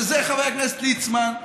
וזה חבר הכנסת ליצמן,